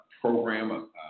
program